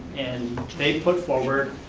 and they put forward,